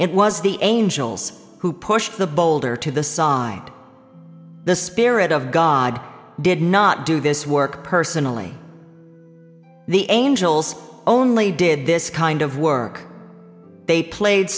it was the angels who pushed the boulder to the song by the spirit of god did not do this work personally the angels only did this kind of work they played